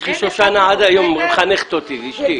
יש לי שושנה עד היום, מחנכת אותי, אשתי.